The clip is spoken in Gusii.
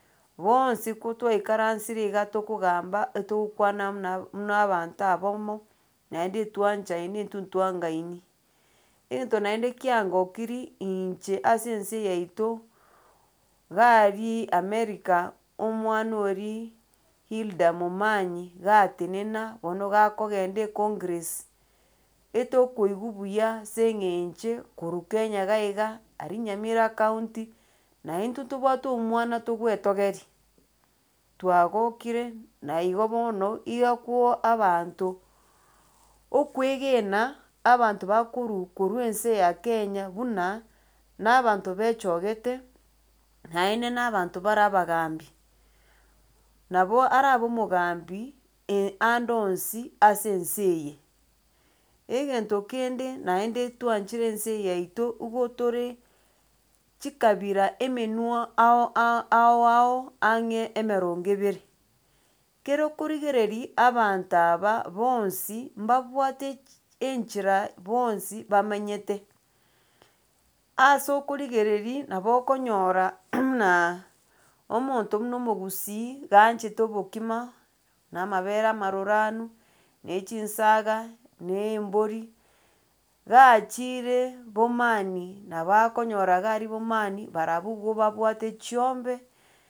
Bonsi ku twaikaransire iga tokogamba etogokwana muna muna abanto abaomo, naende ntoanchaine intwe ntwangaini. Egento naende kiangokiri, inche ase ense yaito, iga aria america, omwana oria hilda momanyi, gatenena bono gakogenda ekongres, etokoigwa buya ase eng'encho korwa kenya iga iga aria nyamira county, na intwe ntobwate omwana togoetogeria, twagokire naigo bono iga kwo abanto okwegena abanto bakorwa korwa ense ya kenya buna na abanto baechogete naende na abanto bare abagambi. Nabo arabe omogambi e ande onsi ase ense eye. nto kende naende twaanchire ense yaito igo tore chikabira emenwa ao ao ao ao ang'e emerongo ebere, kere korigereria abanto aba bonsi mbabwate chi enchera bonsi bamenyete, ase okorigereria nabo okonyora muna, omonto buna omogusii gaanchete obokima na amabere amaruranu na echinsaga, na embori. Gaachire bomani, nabo akonyora iga aria bomani barabwo igo babwate chiombe.